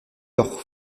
leur